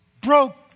broke